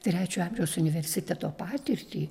trečio amžiaus universiteto patirtį